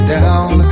down